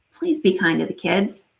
please be kind to the kids.